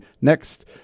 next